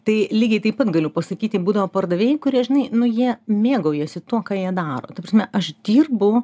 tai lygiai taip pat galiu pasakyti būdavo pardavėjai kurie žinai nu jie mėgaujasi tuo ką jie daro ta prasme aš dirbu